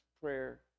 prayer